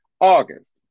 August